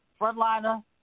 Frontliner